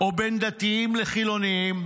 או בין דתיים לחילונים,